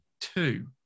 two